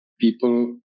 people